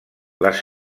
les